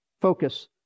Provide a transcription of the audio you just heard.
Focus